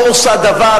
לא עושה דבר,